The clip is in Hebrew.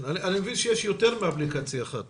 אני מבין שיש יותר מאפליקציה אחת.